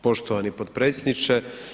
Poštovani potpredsjedniče.